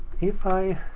if i